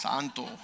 Santo